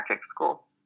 school